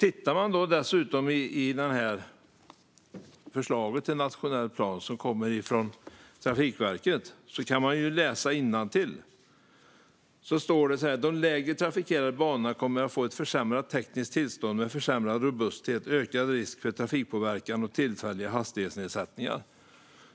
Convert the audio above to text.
I det förslag till nationell plan som kommer från Trafikverket kan man läsa: "De lägre trafikerade banorna kommer att få ett försämrat tekniskt tillstånd, med försämrad robusthet, ökad risk för trafikpåverkan och tillfälliga hastighetsnedsättningar."